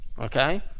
okay